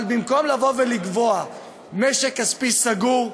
אבל במקום לבוא ולקבוע משק כספי סגור,